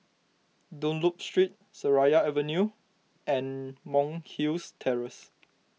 Dunlop Street Seraya Avenue and Monk's Hill Terrace